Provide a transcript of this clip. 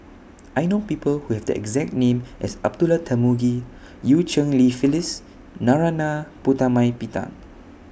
I know People Who Have The exact name as Abdullah Tarmugi EU Cheng Li Phyllis Narana Putumaippittan